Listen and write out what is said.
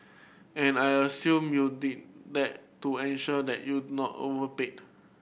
and I assume you did that to ensure that you do not overpaid